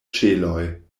ĉeloj